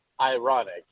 ironic